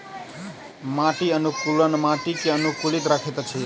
माटि अनुकूलक माटि के अनुकूलित रखैत अछि